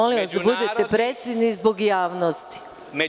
Molim vas da budete precizni zbog javnosti.